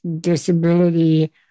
disability